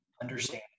understand